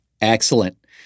Excellent